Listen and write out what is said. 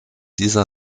dieser